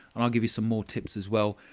and i'll give you some more tips as well.